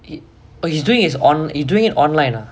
oh he's doing he's doing it online ah